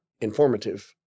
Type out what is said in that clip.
informative